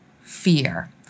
fear